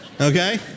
okay